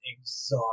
exhaust